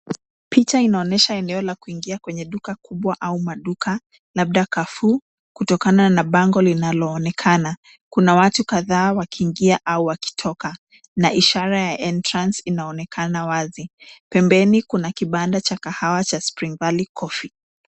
Picha inaonyesha eneo la kuingia kwenye duka au maduka labda carrefour kutokana na bango linaloonekana, kuna watu kadhaa wakiingia au wakitoka na ishara ya entrance(cs) inaonekana wazi , pembeni kuna kibanda cha kahawa cha Spring valley coffee ,